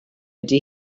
ydy